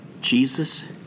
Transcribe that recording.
Jesus